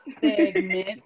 Segment